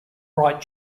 right